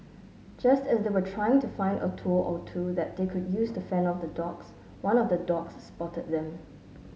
just as they were trying to find a tool or two that they could use to fend off the dogs one of the dogs spotted them